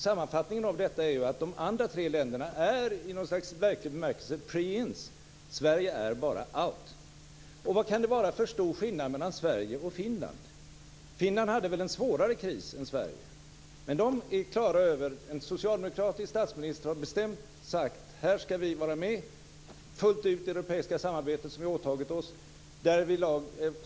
Sammanfattningen av detta är att de tre andra länderna är i något slags verklig bemärkelse pre-ins medan Sverige bara är out. Vad kan det vara för stor skillnad mellan Sverige och Finland? Finland hade väl en svårare kris än Sverige. Men en socialdemokratisk statsminister har bestämt sagt att Finland skall vara med fullt ut i det europeiska samarbete som de har åtagit sig.